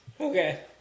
Okay